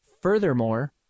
Furthermore